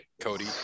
Cody